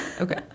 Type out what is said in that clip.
Okay